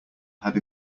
had